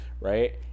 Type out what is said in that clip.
Right